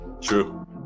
true